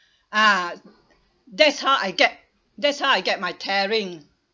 ah that's how I get that's how I get my tearing